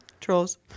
Trolls